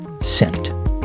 sent